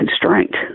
constraint